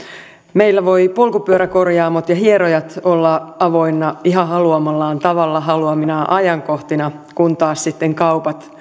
meillä voivat polkupyöräkorjaamot ja hieromot olla avoinna ihan haluamallaan tavalla haluaminaan ajankohtina kun taas kaupat